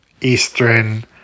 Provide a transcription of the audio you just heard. Eastern